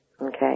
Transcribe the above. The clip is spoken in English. Okay